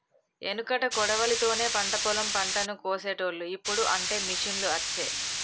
ఎనుకట కొడవలి తోనే పంట పొలం పంటను కోశేటోళ్లు, ఇప్పుడు అంటే మిషిండ్లు వచ్చే